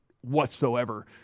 whatsoever